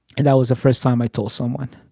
and that was the first time i told someone.